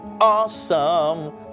Awesome